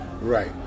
Right